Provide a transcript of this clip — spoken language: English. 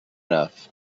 enough